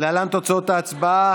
באמצעים טכנולוגיים (הוראת שעה,